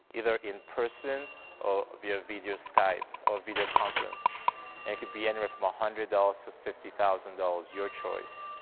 either in person or via video skype or video conference, and it could be anywhere from one ah hundred dollars to fifty thousand dollars, your choice,